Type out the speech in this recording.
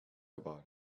about